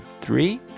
three